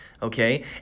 Okay